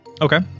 Okay